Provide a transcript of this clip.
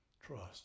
Trust